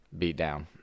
beatdown